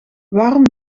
waarom